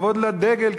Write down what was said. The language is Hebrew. כבוד לדגל,